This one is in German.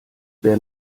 wer